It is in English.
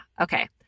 Okay